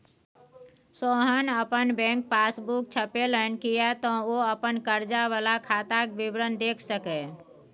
सोहन अपन bank passbook छपेलनि किएक तँ ओ अपन कर्जा वला खाताक विवरण देखि सकय